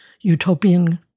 utopian